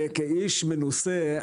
כאיש מנוסה,